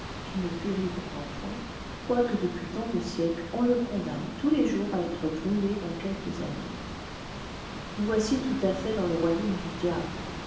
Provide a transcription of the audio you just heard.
qui ne périt pourtant mnt quoique depuis tant de siècles on le condamne tous les jours à être brûlé dans quelques années nous voici tout à fait dans le royaume du diable